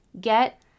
Get